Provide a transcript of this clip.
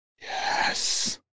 Yes